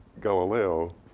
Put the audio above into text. Galileo